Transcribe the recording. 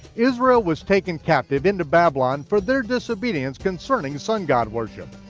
israel was taken captive into babylon for their disobedience concerning sun-god worship.